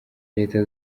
leta